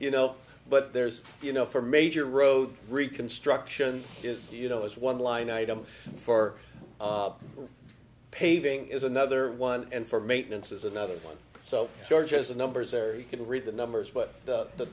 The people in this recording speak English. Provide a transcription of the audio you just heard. you know but there's you know for major road reconstruction is you know is one line item for paving is another one and for maintenance is another one so georgia has the numbers or you could read the numbers but the t